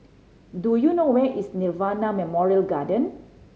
do you know where is Nirvana Memorial Garden